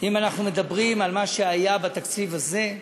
אם אנחנו מדברים על מה שהיה בתקציב הזה,